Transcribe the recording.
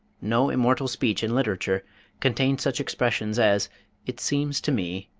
no immortal speech in literature contains such expressions as it seems to me,